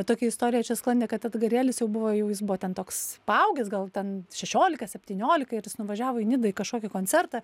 tokią istoriją čia sklandė kad edgarėlis jau buvo jau jis buvo ten toks paaugęs gal ten šešiolika septyniolika ir jis nuvažiavo į nidą į kažkokį koncertą